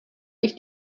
ich